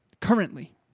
Currently